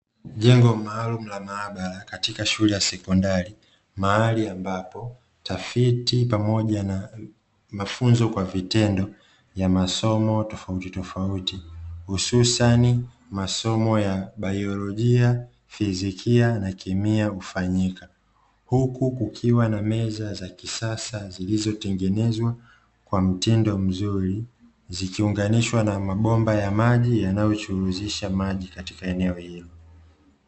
Jengo maalumu la maabara katika shule ya sekondari, mahali ambapo tafiti pamoja na mafunzo kwa vitendo ya masomo tofautitofauti, hususani masomo ya baiolojia, fizikia na kemia hufanyika, huku kukiwa na meza za kisasa zilizotengenezwa kwa mtindo mzuri; zikiunganishwa na mabomba ya maji yanayochuruzisha maji katika eneo hilo.